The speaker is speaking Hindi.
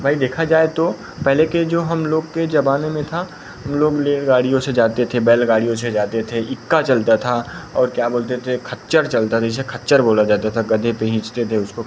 भई देखा जाए तो पहले के जो हम लोग के ज़माने में था हम लोग बैलगाड़ियों से जाते थे बैलगाड़ियों से जाते थे इक्का चलता था और क्या बोलते थे खच्चड़ चलता था जिसे खच्चर बोला जाता था गधे पर खींचते थे उसको